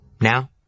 Now